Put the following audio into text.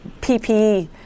PPE